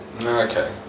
Okay